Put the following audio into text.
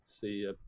see